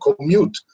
commute